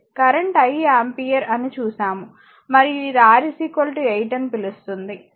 current 1 ampere అని చూశాము మరియు ఇది R 8 అని పిలుస్తుంది